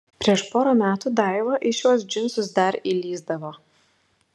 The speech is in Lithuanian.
prieš porą metų daiva į šiuos džinsus dar įlįsdavo